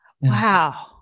Wow